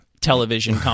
television